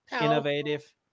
innovative